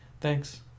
thanks